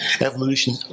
evolution